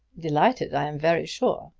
delighted, i am very sure!